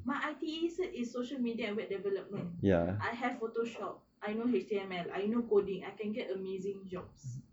my I_T_E cert~ is social media and web development I have photoshop I know H_T_M_L I know coding I can get amazing jobs